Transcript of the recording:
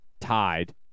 tied